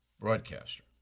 broadcaster